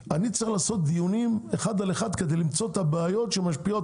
צריך לעשות דיונים כדי למצוא את הבעיות שמשפיעות